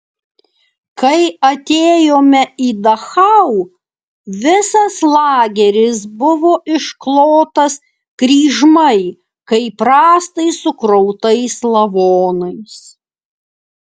kai atėjome į dachau visas lageris buvo išklotas kryžmai kaip rąstai sukrautais lavonais